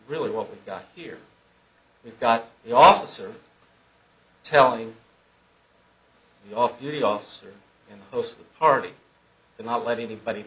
really what we've got here we've got the officer telling off duty officers host a party and not let anybody